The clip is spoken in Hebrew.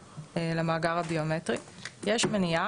הדרישות במכרז מתחלקות בגדול לשלושה חלקים: דרישות מנדטוריות